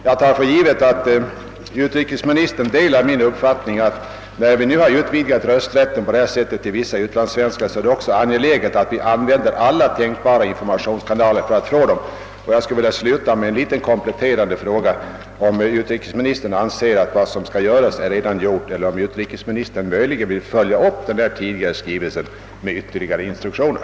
Jag tar för givet att utrikesministern delar min uppfattning att när vi på sätt som skett utvidgat rösträtten till vissa utlandssvenskar, är det också angeläget att vi använder alla tänkbara informationskanaler för att nå dem. Jag vill sluta med att ställa den kompletterande frågan, om utrikesministern anser att vad som skall göras redan är gjort eller om utrikesministern möjligen vill följa upp den i svaret omnämnda skrivelsen med ytterligare instruktioner.